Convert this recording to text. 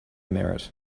merit